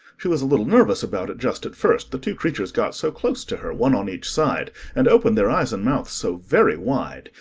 she was a little nervous about it just at first, the two creatures got so close to her, one on each side, and opened their eyes and mouths so very wide,